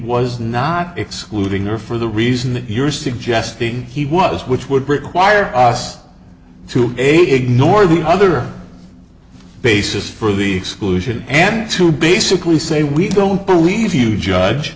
was not excluding or for the reason that you're suggesting he was which would require us to ignore the other basis for the exclusion and to basically say we don't believe you judge